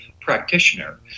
practitioner